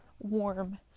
warm